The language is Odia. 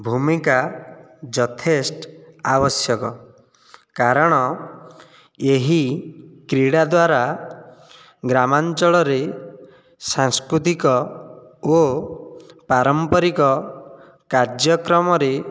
ଭୂମିକା ଯଥେଷ୍ଟ ଆବଶ୍ୟକ କାରଣ ଏହି କ୍ରୀଡ଼ା ଦ୍ୱାରା ଗ୍ରାମାଞ୍ଚଳରେ ସାଂସ୍କୃତିକ ଓ ପାରମ୍ପରିକ କାର୍ଯ୍ୟକ୍ରମରେ